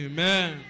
Amen